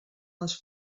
les